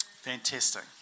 Fantastic